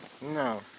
No